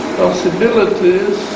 possibilities